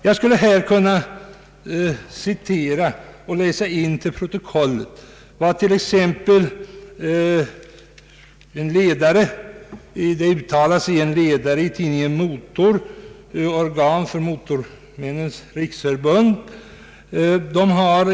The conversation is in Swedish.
Jag skulle här kunna citera och läsa in i protokollet t.ex. vad som uttalas i en ledare i tidningen Motor, organ för Motormännens riksförbund.